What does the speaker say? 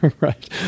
Right